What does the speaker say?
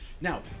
Now